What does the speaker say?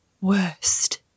worst